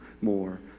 more